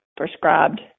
Prescribed